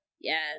yes